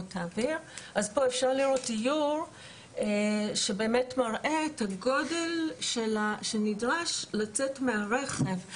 בשקף הבא אפשר לראות איור שבאמת מראה את הגודל שנדרש לצאת מהרכב.